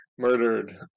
murdered